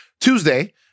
Tuesday